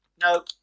No